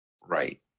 right